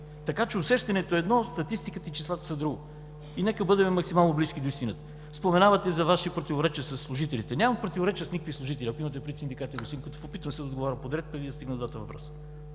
така че усещането е едно, статистиката и числата са друго. И нека бъдем максимално близки до истината. Споменавате за Ваши противоречия със служителите. Нямам противоречия с никакви служители, ако имате предвид синдикати, господин